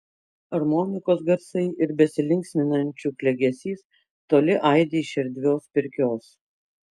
armonikos garsai ir besilinksminančių klegesys toli aidi iš erdvios pirkios